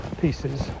pieces